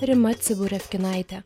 rima ciburevkinaitė